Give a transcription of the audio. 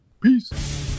Peace